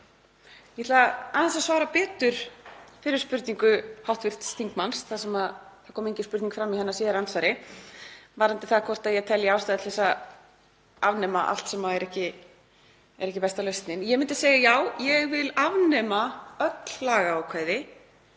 Ég ætla aðeins að svara betur fyrri spurningu hv. þingmanns, þar sem engin spurning kom fram í síðara andsvari, varðandi það hvort ég telji ástæðu til að afnema allt sem er ekki besta lausnin. Ég myndi segja: Já, ég vil afnema öll lagaákvæði